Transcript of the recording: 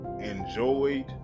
enjoyed